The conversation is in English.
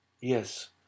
Yes